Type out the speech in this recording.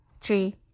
Three